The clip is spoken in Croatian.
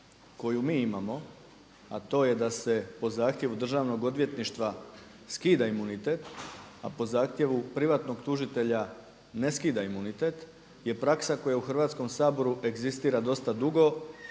koju mi imamo, a to je da se po zahtjevu Državnog odvjetništva skida imunitet, a po zahtjevu privatnog tužitelja ne skida imunitet je praksa koja u Hrvatskom saboru egzistira dosta dugo,